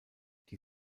die